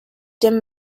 their